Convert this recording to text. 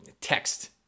text